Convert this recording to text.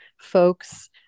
folks